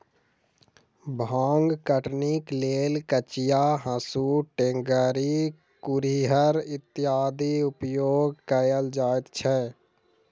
भांग कटनीक लेल कचिया, हाँसू, टेंगारी, कुरिहर इत्यादिक उपयोग कयल जाइत छै